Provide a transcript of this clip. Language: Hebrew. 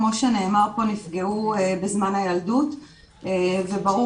כמו שנאמר פה נפגעו בזמן הילדות וברור